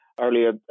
earlier